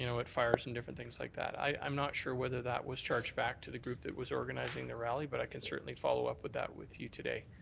know, at fires and different things like that. i'm not sure whether that was charged back to the group that was organizing the rally but i can certainly follow up with that with you today.